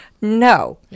no